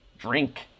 Drink